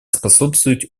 способствовать